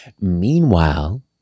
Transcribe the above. Meanwhile